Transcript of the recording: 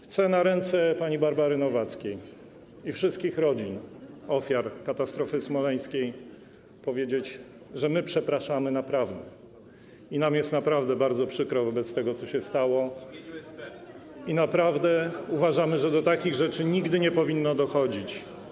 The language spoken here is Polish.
Chcę na ręce pani Barbary Nowackiej i wszystkich rodzin ofiar katastrofy smoleńskiej złożyć przeprosiny, powiedzieć, że my przepraszamy naprawdę i nam jest naprawdę bardzo przykro wobec tego, co się stało [[Głos z sali: W imieniu SB.]] ...i naprawdę uważamy, że do takich rzeczy nigdy nie powinno dochodzić.